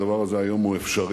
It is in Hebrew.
הדבר הזה היום הוא אפשרי,